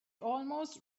almost